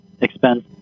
expense